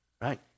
Right